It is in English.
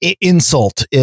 insult